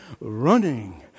Running